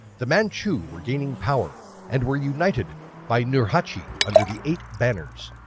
the manchu were gaining power and were united by nurhaci under the eight banners.